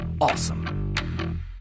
awesome